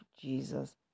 Jesus